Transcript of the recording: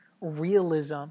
realism